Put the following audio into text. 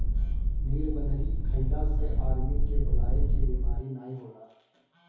नीलबदरी खइला से आदमी के भुलाए के बेमारी नाइ होला